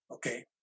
Okay